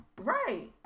Right